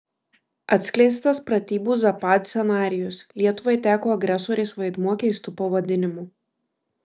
atskleistas pratybų zapad scenarijus lietuvai teko agresorės vaidmuo keistu pavadinimu